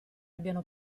abbiano